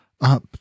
up